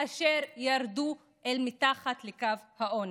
אשר ירדו אל מתחת לקו העוני.